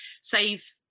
save